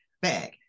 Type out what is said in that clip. bag